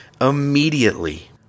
immediately